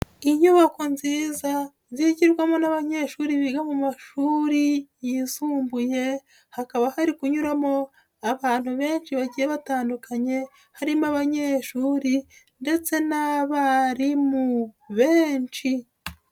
Inyubako nziza zigirwamo n'abanyeshuri biga mu mashuri yisumbuye hakaba hari kunyuramo abantu benshi bagiye batandukanye harimo abanyeshuri ndetse n'abarimu benshi.